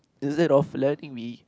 instead of letting me